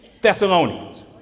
thessalonians